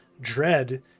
dread